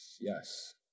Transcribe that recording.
Yes